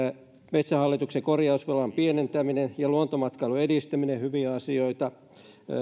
metsähallituksen korjausvelan pienentäminen ja luontomatkailun edistäminen hyviä asioita